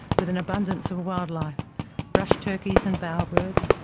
with an abundance of wildlife brush-turkeys and bowerbirds,